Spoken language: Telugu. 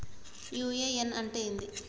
యు.ఎ.ఎన్ అంటే ఏంది?